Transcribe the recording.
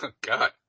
God